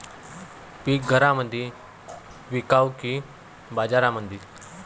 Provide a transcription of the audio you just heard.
पीक घरामंदी विकावं की बाजारामंदी?